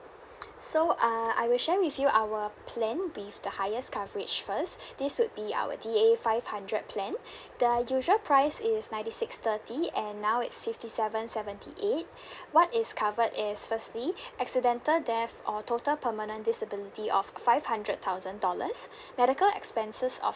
so uh I will share with you our plan with the highest coverage first this would be our D A five hundred plan the usual price is ninety six thirty and now it's fifty seven seventy eight what is covered is firstly accidental death or total permanent disability of five hundred thousand dollars medical expenses of